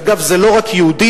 אגב, זה לא רק יהודים.